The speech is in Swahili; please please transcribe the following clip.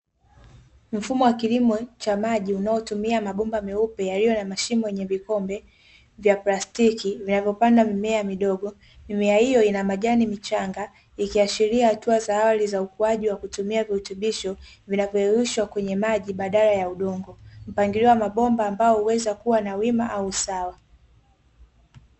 Mfumo wa kilimo cha maji unatumia mabomba meupe yaliyo na shimo lenye vikombe vya plastiki vinavyopanda mimea midogo, mimea hiyo ina majani machanga, ikiashiria hatua za awali za ukuaji wa kutumia virutubisho vilivyoyeyushwa kwenye maji badala ya udongo, mpangilio wa mabomba ambao huweza kuwa wima au usawa.